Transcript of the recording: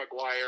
mcguire